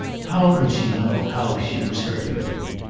how could she know how she was hurting him?